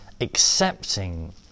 Accepting